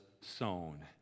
sown